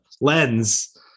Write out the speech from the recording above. lens